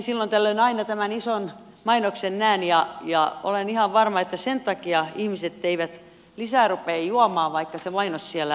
silloin tällöin aina tämän ison mainoksen näen ja olen ihan varma että sen takia ihmiset eivät lisää rupea juomaan että se mainos siellä on